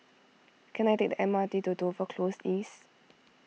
can I take the M R T to Dover Close East